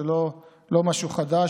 זה לא משהו חדש,